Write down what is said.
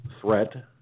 threat